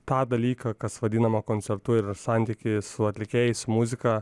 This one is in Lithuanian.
tą dalyką kas vadinama konceptu ir santykį su atlikėjais su muzika